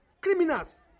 criminals